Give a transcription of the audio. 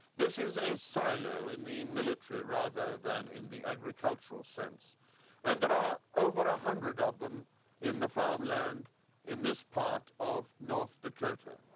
this is a silo in the military rather than in the agricultural sense and there are over a hundred of them in the farmland in this part of north dakota.